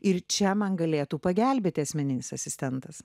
ir čia man galėtų pagelbėt asmeninis asistentas